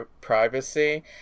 privacy